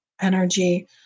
energy